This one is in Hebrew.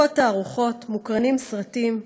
מופקות תערוכות, מוקרנים סרטים,